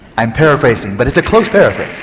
i'm paraphrasing but it's a close paraphrase.